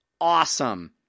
awesome